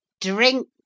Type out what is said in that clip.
Drink